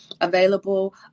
available